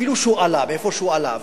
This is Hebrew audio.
אפילו שהוא עלה מאיפה שהוא עלה,